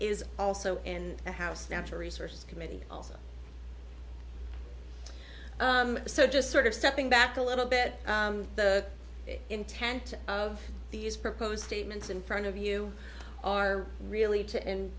is also and i have natural resources committee also so just sort of stepping back a little bit the intent of these proposed statements in front of you are really to and